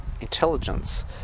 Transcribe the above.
intelligence